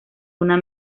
una